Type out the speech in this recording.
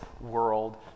world